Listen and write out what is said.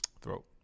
throat